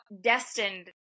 destined